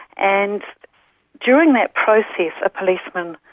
and during that process a policeman